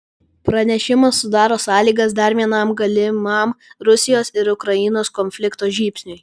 pranešimas sudaro sąlygas dar vienam galimam rusijos ir ukrainos konflikto žybsniui